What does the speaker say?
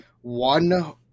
one